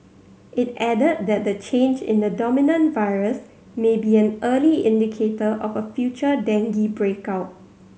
it added that the change in the dominant virus may be an early indicator of a future dengue break out